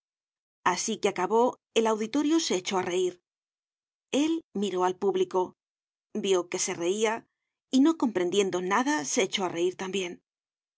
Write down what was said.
asi que acabó el auditorio se echó á reir el miró al público vió que se reia y no comprendiendo nada se echó á reir tambien